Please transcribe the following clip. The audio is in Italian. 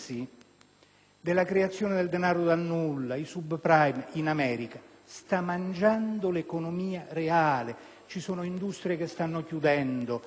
Ci sono industrie che stanno chiudendo, lavoratori che stanno perdendo il posto di lavoro, famiglie indebitate.